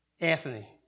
Anthony